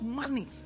money